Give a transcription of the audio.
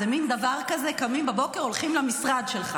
זה מין דבר כזה שקמים בבוקר, הולכים למשרד שלך.